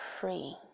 free